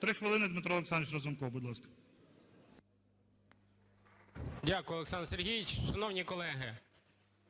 Три хвилини, Дмитро Олександрович Разумков, будь ласка. 13:07:02 РАЗУМКОВ Д.О. Дякую, Олександр Сергійович. Шановні колеги,